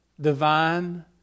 Divine